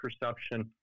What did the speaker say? perception